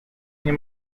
nie